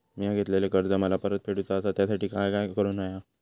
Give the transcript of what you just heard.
मिया घेतलेले कर्ज मला परत फेडूचा असा त्यासाठी काय काय करून होया?